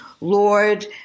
Lord